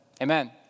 amen